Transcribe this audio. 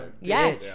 Yes